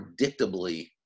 predictably